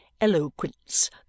eloquence